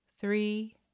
three